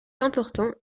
importants